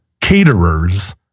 caterers